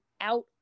out